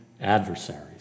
adversaries